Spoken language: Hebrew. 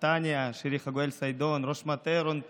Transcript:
נתניה שירי חגואל-סיידון, ראש המטה רון פרי,